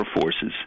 Forces